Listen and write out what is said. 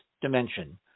dimension